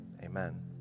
Amen